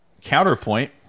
counterpoint